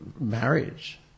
marriage